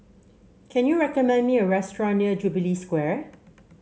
can you recommend me a restaurant near Jubilee Square